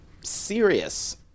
serious